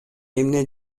эмне